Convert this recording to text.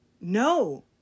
No